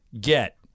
get